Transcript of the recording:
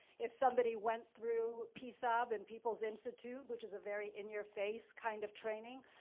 if somebody went through pisab and people's institute which is a very, in-your-face, kind of training,